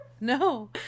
no